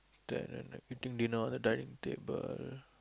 the the the pretend that you know all the director people